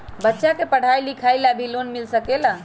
बच्चा के पढ़ाई लिखाई ला भी लोन मिल सकेला?